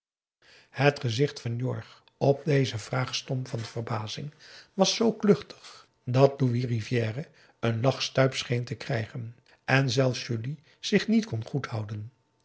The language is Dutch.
het gezicht van jorg op deze vraag stom van verbazing was zoo kluchtig dat louis rivière n lachstuip scheen te krijgen en zelfs julie zich niet kon goed houden